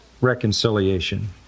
reconciliation